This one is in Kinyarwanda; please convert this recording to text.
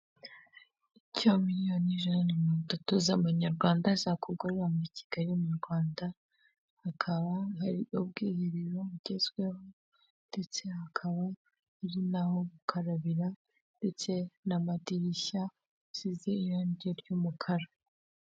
Icya miliyoni ijana na mirongo itatu z'amanyarwanda za kugurira muri kigali mu Rwanda, hakaba hari ubwiherero bugezweho, ndetse hakaba hari n'aho gukarabira ndetse n'amadirishya asize irangi ry'umukara.